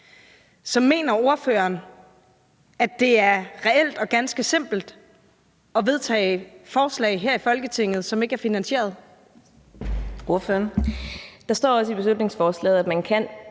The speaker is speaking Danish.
Så mener ordføreren, at det er reelt og ganske simpelt at vedtage et forslag her i Folketinget, som ikke er finansieret? Kl. 18:52 Fjerde næstformand (Karina